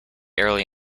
early